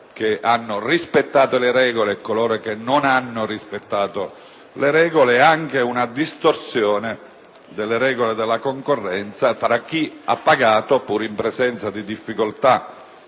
che hanno rispettato le regole e coloro che non hanno rispettato le regole, e che determina anche una distorsione delle regole della concorrenza tra chi ha pagato, pur in presenza di difficoltà